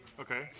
Okay